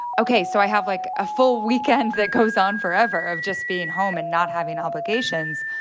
ok, so i have, like, a full weekend that goes on forever of just being home and not having obligations.